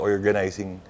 organizing